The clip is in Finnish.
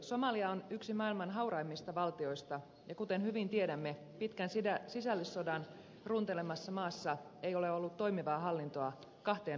somalia on yksi maailman hauraimmista valtioista ja kuten hyvin tiedämme pitkän sisällissodan runtelemassa maassa ei ole ollut toimivaa hallintoa kahteen vuosikymmeneen